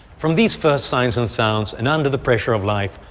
from these first signs and sounds and under the pressure of life,